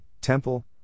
temple